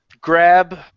grab